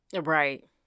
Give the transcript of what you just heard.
Right